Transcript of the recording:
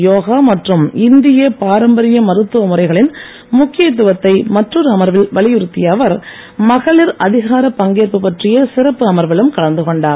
யோகா மற்றும் இந்தியப் பாரம்பரிய மருத்துவ முறைகளின் முக்கியத்துவத்தை மற்றொரு அமர்வில் வலியுறுத்தி அவர் மகளிர் அதிகார பங்கேற்பு பற்றிய சிறப்பு அமர்விலும் கலந்து கொண்டார்